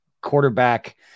quarterback